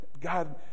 God